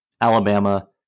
Alabama